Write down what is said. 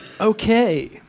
Okay